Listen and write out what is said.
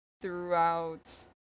throughout